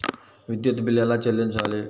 విద్యుత్ బిల్ ఎలా చెల్లించాలి?